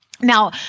Now